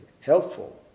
helpful